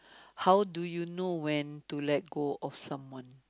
how do you know when to let go of someone